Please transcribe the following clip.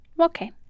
okay